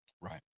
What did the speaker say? right